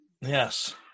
Yes